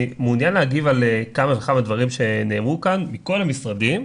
אני מעוניין להגיב על כמה וכמה דברים שנאמרו כאן מכל המשרדים,